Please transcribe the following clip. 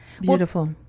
Beautiful